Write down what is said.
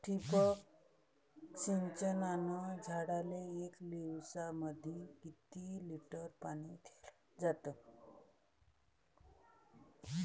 ठिबक सिंचनानं झाडाले एक दिवसामंदी किती लिटर पाणी दिलं जातं?